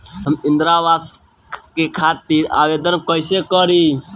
हम इंद्रा अवास के खातिर आवेदन कइसे करी?